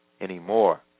anymore